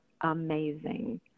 amazing